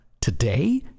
today